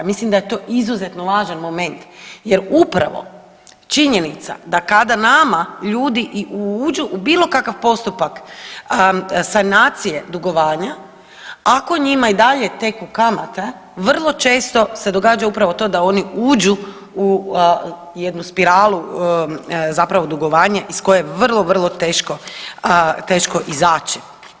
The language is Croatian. Mislim da je to izuzetno važan moment jer upravo činjenica da kada nama ljudi i uđu u bilo kakav postupak sanacije dugovanja, ako njima i dalje teku kamate vrlo često se događa upravo to da oni uđu u jednu spiralu zapravo dugovanja iz kojeg je vrlo, vrlo teško izaći.